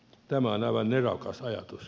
tämä on aivan nerokas ajatus